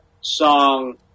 song